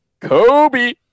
kobe